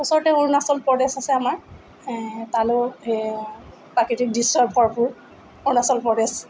ওচৰতে অৰুণাচল প্ৰদেশ আছে আমাৰ তালৈ প্ৰাকৃতিক দৃশ্যৰ ভৰপূৰ অৰুণাচল প্ৰদেশ